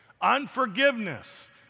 Unforgiveness